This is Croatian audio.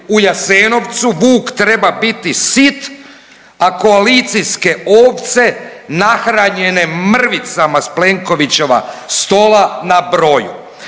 u Jasenovcu vuk treba biti sit, a koalicijske ovce nahranjene mrvicama sa Plenkovićeva stola na broju.